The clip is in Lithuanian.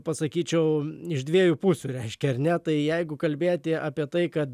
pasakyčiau iš dviejų pusių reiškia ar ne tai jeigu kalbėti apie tai kad